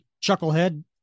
Chucklehead